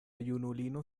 junulino